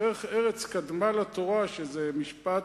ודרך ארץ קדמה לתורה, שזה משפט